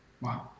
wow